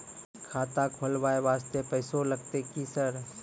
खाता खोलबाय वास्ते पैसो लगते की सर?